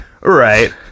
right